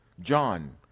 John